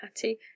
Patty